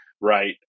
right